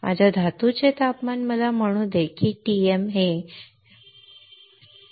माझ्या धातूचे तापमान मला म्हणू दे की TM हे TY आहे बरोबर